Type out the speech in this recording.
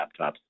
laptops